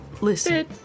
listen